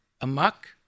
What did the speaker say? amok